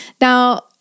Now